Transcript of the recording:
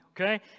okay